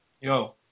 Yo